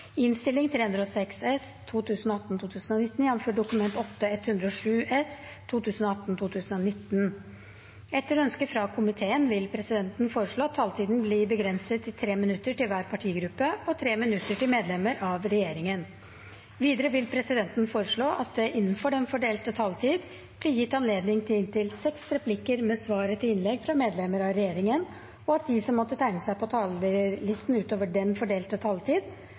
regjeringen. Videre vil presidenten foreslå at det – innenfor den fordelte taletid – blir gitt anledning til inntil seks replikker med svar etter innlegg fra medlemmer av regjeringen, og at de som måtte tegne seg på talerlisten utover den fordelte taletid,